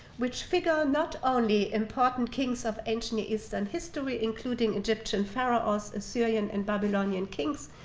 which figure not only important kings of ancient eastern history, including egyptian pharaoh or assyrian and babylonian kings,